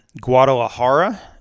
Guadalajara